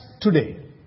today